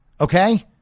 Okay